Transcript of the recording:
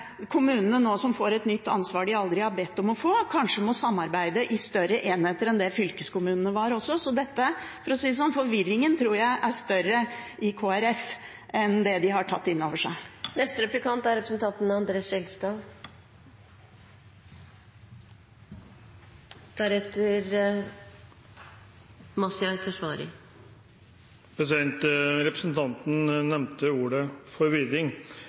kommunene – som nå får et nytt ansvar de aldri har bedt om å få – nå kanskje må samarbeide i større enheter enn det også fylkeskommunene var. For å si det sånn: Jeg tror forvirringen er større i Kristelig Folkeparti enn det de har tatt inn over seg. Representanten nevnte ordet